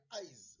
eyes